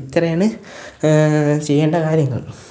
ഇത്രയാണ് ചെയ്യേണ്ട കാര്യങ്ങൾ